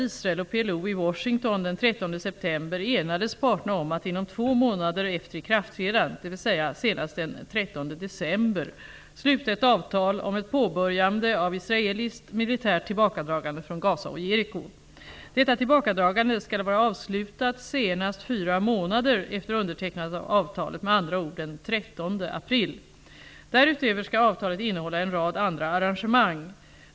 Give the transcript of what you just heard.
Israel och PLO i Washington den 13 september enades parterna om att inom två månader efter ikraftträdandet, dvs. senast den 13 december, sluta ett avtal om ett påbörjande av israeliskt militärt tillbakadragande från Gaza och Jeriko. Detta tillbakadragande skall vara avslutat senast fyra månader efter undertecknandet av avtalet, med andra ord den 13 april. Därutöver skall avtalet innehålla en rad andra arrangemang.